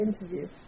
interview